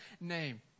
name